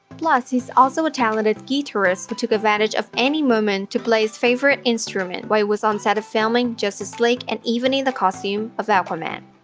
plus, he is also a talented guitarist who took advantage of any moment to play his favorite instrument while he was on set of filming justice league and even in the costume of aquaman.